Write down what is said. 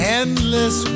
endless